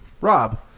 Rob